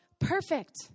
perfect